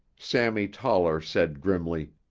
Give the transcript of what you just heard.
sammy toller said grimly,